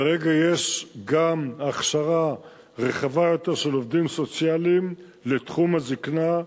כרגע יש גם הכשרה רחבה יותר של עובדים סוציאליים לתחום הזיקנה,